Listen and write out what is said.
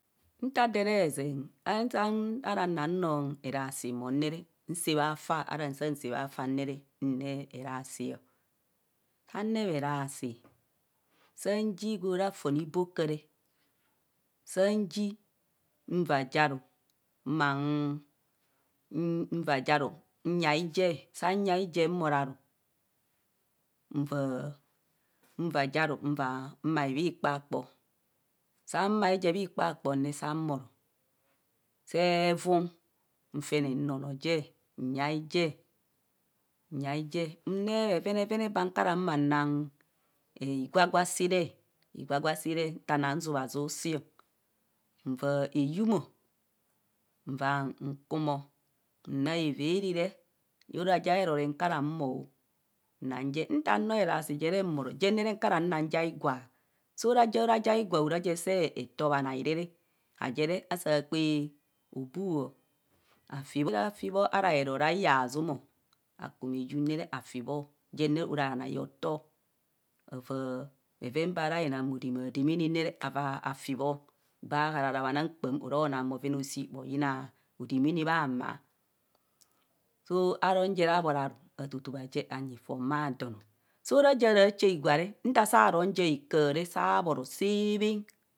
Nta adoo erezing sa ni ara ranong erasi mon ne re. nsaa bha fa as nsa saa bhafi ne re enter erasi o. Saa ree erasi. saa ji. gwo raa fon ibakere. saa nji nva je aru nangi nva je aru nyai je saa nyia je mbhoro aru. mva. mva je aru mbae bhikpakpo. saa bae je bhikpakpong saa bhoro saa vuun. nfene nnoonoo je. nyai je nyai je nree bhevene vene kara ma nang higwa gwa sii ree higwo siiree higwa siiree nta nang zuzazu siilo nva eyum nva nkum. nang evere re. ora ja eroree nkura humo nang je. nta nroong erasi jere mbhoro jennere nkara nang ja igwa